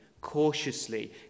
cautiously